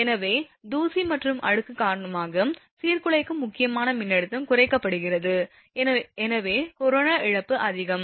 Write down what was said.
எனவே தூசி மற்றும் அழுக்கு காரணமாக சீர்குலைக்கும் முக்கியமான மின்னழுத்தம் குறைக்கப்படுகிறது எனவே கொரோனா இழப்பு அதிகம்